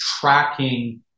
tracking